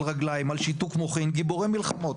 על רגליים על שיתוק מוחין גיבורי מלחמות,